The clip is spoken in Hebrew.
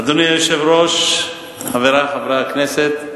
אדוני היושב-ראש, חברי חברי הכנסת,